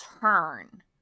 turn